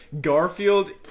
Garfield